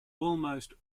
almost